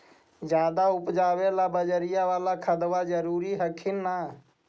ज्यादा उपजाबे ला बजरिया बाला खदबा जरूरी हखिन न?